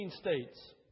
states